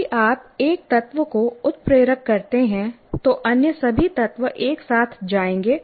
यदि आप एक तत्व को उत्प्रेरक करते हैं तो अन्य सभी तत्व एक साथ आ जाएंगे